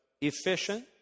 efficient